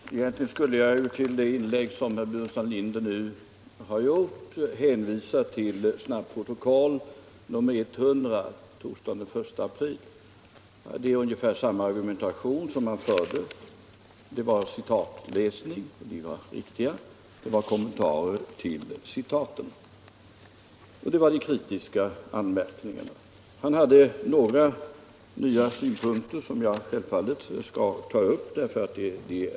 Herr talman! Egentligen skulle jag, med anledning av det inlägg som herr Burenstam Linder nu gjort, hänvisa till snabbprotokoll nr 100 torsdagen den 1 april. Det är ungefär samma argumentation. Det var citatläsning — den var riktig — och det var kommentarer till citaten. Han hade också kritiska anmärkningar. Han anförde några nya synpunkter som jag självfallet skall ta upp, eftersom de är viktiga.